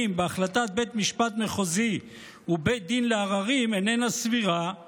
בהחלטת בית משפט מחוזי ובית דין אינו סביר כי